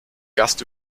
gast